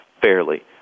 fairly